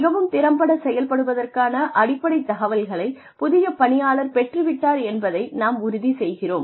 மிகவும் திறம்படச் செயல்படுவதற்கான அடிப்படைத் தகவல்களை புதிய பணியாளர் பெற்று விட்டார் என்பதை நாம் உறுதி செய்கிறோம்